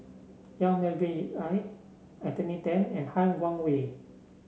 Yong Melvin Yik Chye Anthony Then and Han Guangwei